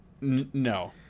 No